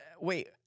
Wait